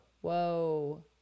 Whoa